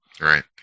Right